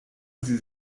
sie